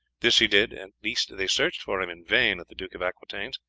this he did at least they searched for him in vain at the duke of aquitaine's,